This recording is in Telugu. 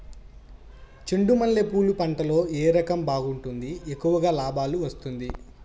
చెండు మల్లె పూలు పంట లో ఏ రకం బాగుంటుంది, ఎక్కువగా లాభాలు వస్తుంది?